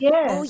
Yes